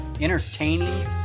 entertaining